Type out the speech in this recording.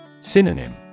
Synonym